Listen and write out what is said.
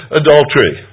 adultery